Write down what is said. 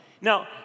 Now